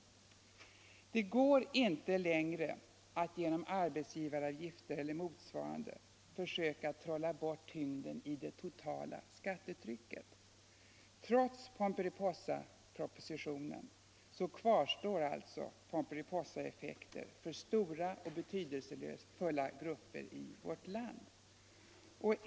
Det går inte längre att genom arbetsgivaravgifter eller motsvarande försöka trolla bort tyngden i det totala skattetrycket. Trots Pomperipossapropositionen kvarstår Pomperipossaeffekter för stora och betydelsefulla grupper i vårt land.